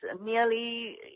nearly